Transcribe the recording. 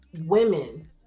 women